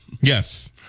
Yes